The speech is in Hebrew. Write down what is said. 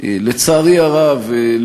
לצערי הרב,